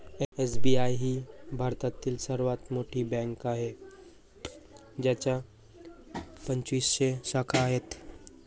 SBI ही भारतातील सर्वात मोठी बँक आहे ज्याच्या पंचवीसशे शाखा आहेत